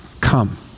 come